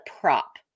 prop